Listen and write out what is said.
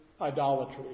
idolatry